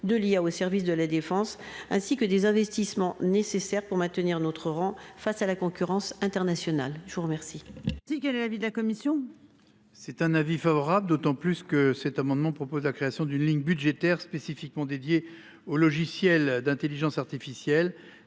de l'IA au service de la Défense ainsi que des investissements nécessaires pour maintenir notre rang face à la concurrence internationale. Je vous remercie.